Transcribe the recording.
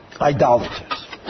idolaters